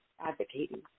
advocating